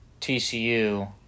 TCU